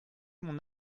mon